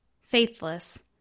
faithless